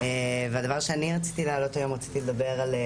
הדבר שאני רציתי להעלות היום זו הפרדה